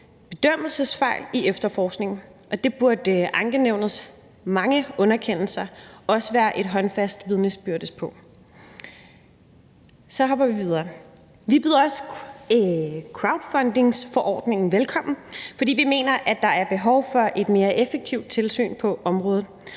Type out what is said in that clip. bedømmelsesfejl i efterforskningen. Og det burde ankenævnets mange underkendelser også være et håndfast vidnesbyrd om. Så hopper vi videre. Vi byder også crowdfundingsforordningen velkommen, fordi vi mener, at der er behov for et mere effektivt tilsyn på området.